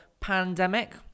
pandemic